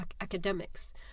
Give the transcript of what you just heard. academics